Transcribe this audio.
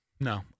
no